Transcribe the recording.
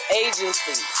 agencies